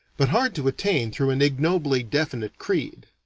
but hard to attain through an ignobly definite creed.